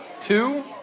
two